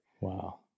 Wow